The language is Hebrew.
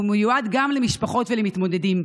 והוא מיועד גם למשפחות וגם למתמודדים.